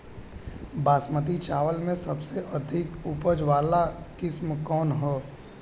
बासमती चावल में सबसे अधिक उपज वाली किस्म कौन है?